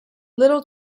little